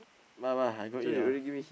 bye bye I go eat [liao]